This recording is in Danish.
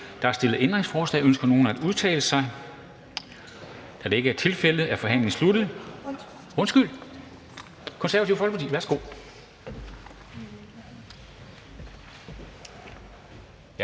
Der er stillet ændringsforslag. Ønsker nogen at udtale sig? Da det ikke er tilfældet, er forhandlingen sluttet, og vi går til afstemning.